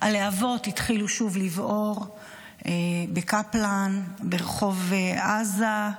הלהבות התחילו שוב לבעור בקפלן, ברחוב עזה.